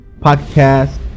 Podcast